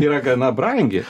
yra gana brangi